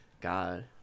God